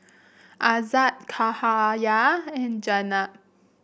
Aizat Cahaya and Jenab